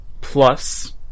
Plus